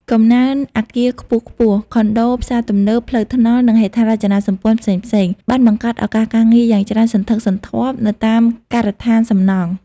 កំណើនអគារខ្ពស់ៗ ខុនដូ ផ្សារទំនើប ផ្លូវថ្នល់ និងហេដ្ឋារចនាសម្ព័ន្ធផ្សេងៗ បានបង្កើតឱកាសការងារយ៉ាងច្រើនសន្ធឹកសន្ធាប់នៅតាមការដ្ឋានសំណង់។